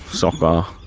soccer,